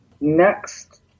Next